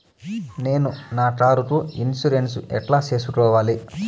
నేను నా కారుకు ఇన్సూరెన్సు ఎట్లా సేసుకోవాలి